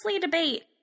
debate